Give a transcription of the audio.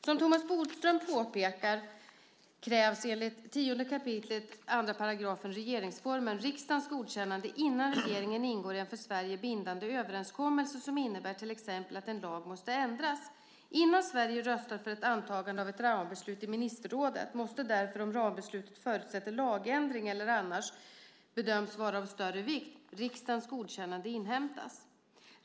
Som Thomas Bodström påpekar krävs, enligt 10 kap. 2 § regeringsformen, riksdagens godkännande innan regeringen ingår en för Sverige bindande överenskommelse som innebär till exempel att en lag måste ändras. Innan Sverige röstar för ett antagande av ett rambeslut i ministerrådet måste därför, om rambeslutet förutsätter lagändring eller annars bedöms vara av större vikt, riksdagens godkännande inhämtas.